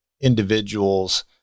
individuals